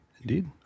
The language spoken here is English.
Indeed